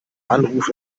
anruf